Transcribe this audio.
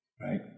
right